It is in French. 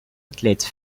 athlète